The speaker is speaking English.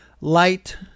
light